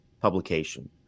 publication